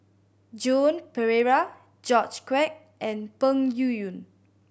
Joan Pereira George Quek and Peng Yuyun